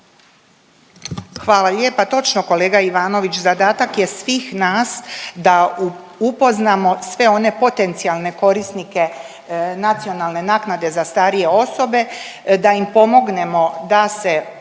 Hvala lijepa. Točno kolega Ivanović, zadatak je svih nas da upoznamo sve one potencijalne korisnike nacionalne naknade za starije osobe, da im pomognemo da se